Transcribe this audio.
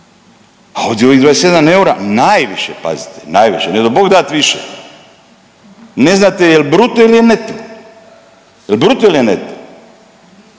a ovdje ovih 27 eura najviše, pazite. Najviše, ne d'o Bog dat više. Ne znate je li bruto ili je neto, je li bruto ili je neto?